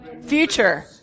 Future